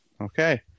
Okay